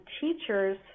teachers